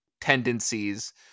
tendencies